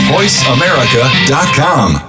VoiceAmerica.com